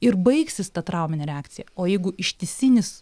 ir baigsis ta trauminė reakcija o jeigu ištisinis